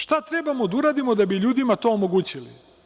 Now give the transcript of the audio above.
Šta treba da uradimo da bi ljudima to omogućili?